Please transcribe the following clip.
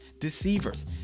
deceivers